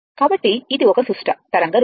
కాబట్టి ఇది ఒక సుష్ట తరంగ రూపం